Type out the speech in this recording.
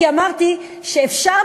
כי אמרתי שאפשר,